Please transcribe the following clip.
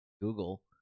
Google